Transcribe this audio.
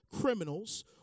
criminals